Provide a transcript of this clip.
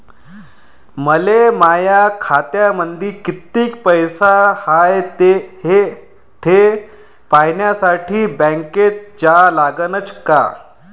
मले माया खात्यामंदी कितीक पैसा हाय थे पायन्यासाठी बँकेत जा लागनच का?